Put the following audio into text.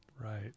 Right